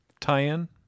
tie-in